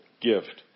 gift